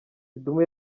kidumu